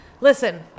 Listen